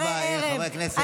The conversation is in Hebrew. תודה רבה, חברי הכנסת.